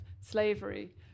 slavery